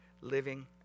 living